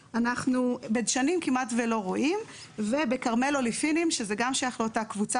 עדיין יש חומרים שגם אם הם בהיתר,